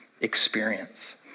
experience